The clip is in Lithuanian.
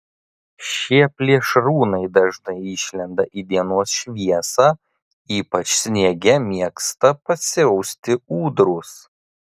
šie plėšrūnai dažnai išlenda į dienos šviesą ypač sniege mėgsta pasiausti ūdros